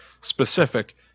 specific